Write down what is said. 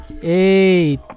Hey